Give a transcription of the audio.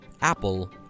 Apple